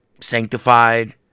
sanctified